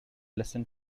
listen